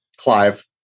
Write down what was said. Clive